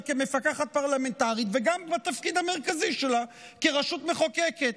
כמפקחת פרלמנטרית וגם בתפקיד המרכזי שלה כרשות מחוקקת.